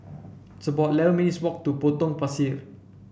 it's about eleven minutes' walk to Potong Pasir